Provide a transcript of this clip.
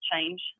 change